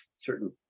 certain